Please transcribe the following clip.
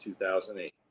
2008